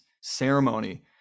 ceremony